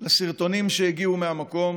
לסרטונים שהגיעו מהמקום